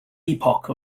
epoch